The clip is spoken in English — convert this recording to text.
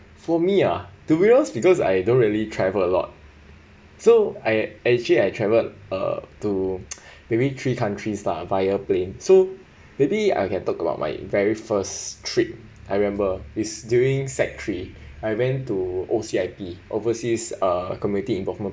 for me ah to be honest because I don't really travel a lot so I actually I travelled uh to maybe three countries lah via plane so maybe I can talk about my very first trip I remember is during sec three I went to O_C_I_P overseas community involvement